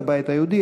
הבית היהודי,